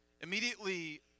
Immediately